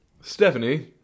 Stephanie